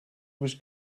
was